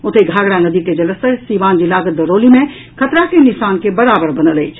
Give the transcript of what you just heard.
ओतहि घाघरा नदी के जलस्तर सीवान जिलाक दरौली मे खतरा के निशान के बराबर बनल अछि